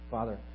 Father